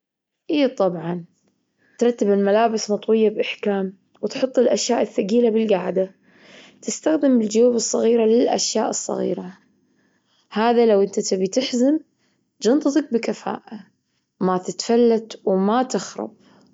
إي طبعًا، ترتب الملابس مطوية بإحكام وتحط الاشياء الثجيلة بالجاعدة. تستخدم الجيوب الصغيره للأشياء الصغيرة، هذا لو انت تبي تحزم شنطتك بكفاءه ما تتفلت وما تخرب.